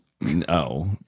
No